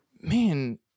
man